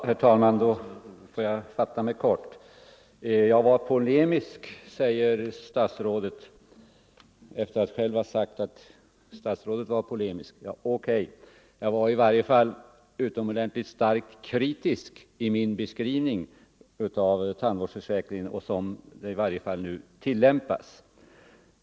Herr talman! Jag skall fatta mig kort. Jag var polemisk, sade statsrådet, efter det jag själv sagt att statsrådet var polemisk. I varje fall var jag utomordentligt kritisk i min beskrivning av tandvårdsförsäkringens tilllämpning.